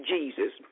Jesus